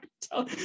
Tell